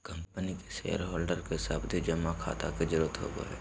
company के shareholder के सावधि जमा खाता के जरूरत होवो हय